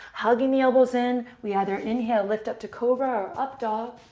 hugging the elbows in, we either inhale, lift up to cobra or up dog,